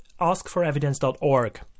askforevidence.org